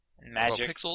Magic